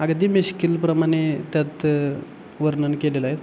अगदी मिश्किलप्रमाणे त्यात वर्णन केलेलं आहे